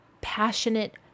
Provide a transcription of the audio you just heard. passionate